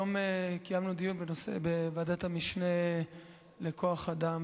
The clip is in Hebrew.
היום קיימנו דיון בוועדת המשנה לכוח-אדם